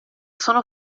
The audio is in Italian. sono